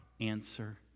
answer